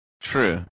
true